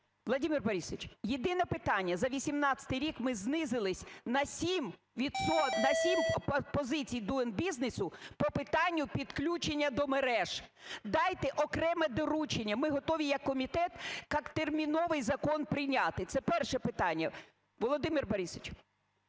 Владимир Борисовим, єдине питання. За 18-й рік ми знизились на 7 позицій Doing Business по питанню підключення до мереж. Дайте окреме доручення, ми готові як комітет как терміновий закон прийняти. Це перше питання. Володимир Борисович,